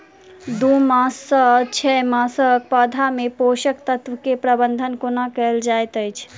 दू मास सँ छै मासक पौधा मे पोसक तत्त्व केँ प्रबंधन कोना कएल जाइत अछि?